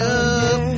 up